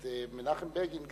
מנחם בגין,